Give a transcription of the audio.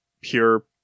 pure